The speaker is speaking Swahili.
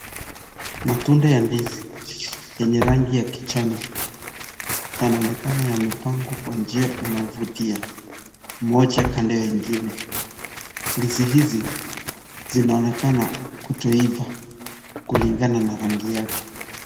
Matunda ya ndizi yenye rangi ya kijani yanaonekana yamepangwa kwa njia unaovutia moja kando ya ingine. Ndizi hizi zinaonekana kutoiva kulingana na rangi yake.